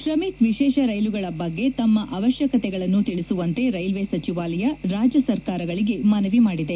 ಶ್ರಮಿಕ್ ವಿಶೇಷ ರೈಲುಗಳ ಬಗ್ಗೆ ತಮ್ಮ ಅವಶ್ಯಕತೆಗಳನ್ನು ತಿಳಿಸುವಂತೆ ರೈಲ್ವೆ ಸಚಿವಾಲಯ ರಾಜ್ಯ ಸರ್ಕಾರಗಳಿಗೆ ಮನವಿ ಮಾಡಿದೆ